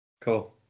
Cool